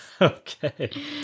okay